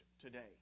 today